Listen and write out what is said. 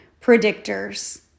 predictors